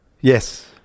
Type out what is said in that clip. Yes